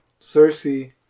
Cersei